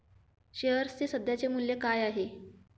शेअर्सचे सध्याचे मूल्य काय आहे?